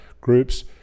groups